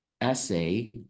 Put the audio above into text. essay